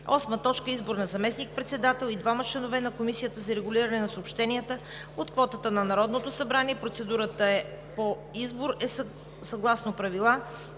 2020 г. 8. Избор на заместник-председател и двама членове на Комисията за регулиране на съобщенията от квотата на Народното събрание. Процедурата по избор е съгласно правила,